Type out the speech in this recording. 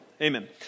Amen